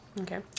Okay